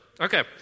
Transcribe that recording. Okay